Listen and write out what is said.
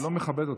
זה לא מכבד אותך,